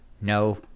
no